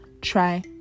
try